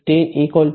5 e 2